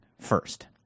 first